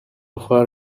far